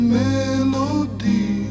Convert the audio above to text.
melody